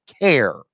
care